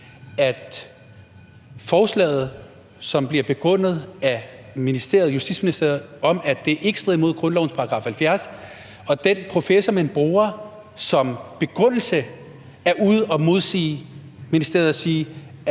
at forslaget, som det bliver begrundet af Justitsministeriet, ikke støder mod grundlovens § 70, og at den professor, man bruger som begrundelse, er ude og modsige ministeriet og siger,